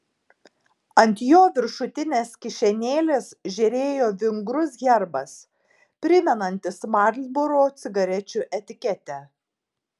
ant jo viršutinės kišenėlės žėrėjo vingrus herbas primenantis marlboro cigarečių etiketę